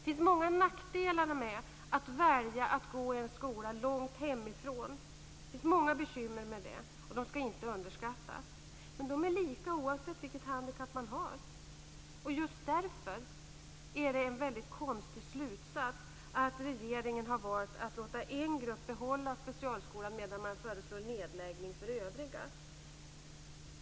Det är många nackdelar med att välja att gå i en skola långt hemifrån. Det finns många bekymmer med det, och de ska inte underskattas. Men de är lika oavsett vilket handikapp man har. Just därför är det en väldigt konstig slutsats när regeringen valt att låta en grupp behålla specialskolan, medan man föreslår en nedläggning av övriga.